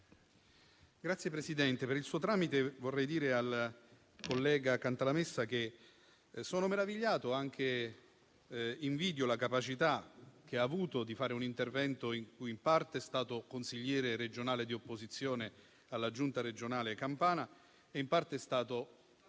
Signor Presidente, per il suo tramite, vorrei dire al collega Cantalamessa che sono meravigliato e invidio la capacità che ha avuto di fare un intervento in cui in parte è stato consigliere regionale di opposizione alla Giunta regionale campana e in parte